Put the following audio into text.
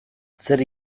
zer